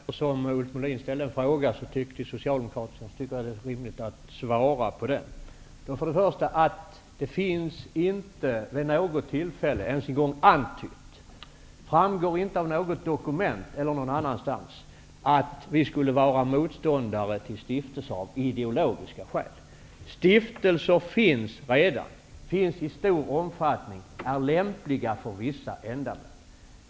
Fru talman! Eftersom Ulf Melin ställde en fråga till Socialdemokraterna, tycker jag att det är rimligt att svara på den. Det finns inte vid något tillfälle ens en gång antytt, det framgår inte av något dokument eller någon annanstans, att vi skulle vara motståndare till stilftelse av ideologiska skäl. Stiftelser finns redan i stor omfattning och är lämpliga för vissa ändamål.